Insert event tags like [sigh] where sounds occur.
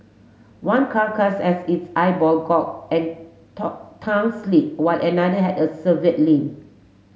one carcass has its eyeball gorge and [unintelligible] tongue slit while another had a severe limb